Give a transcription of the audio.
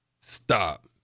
stop